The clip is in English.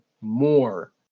more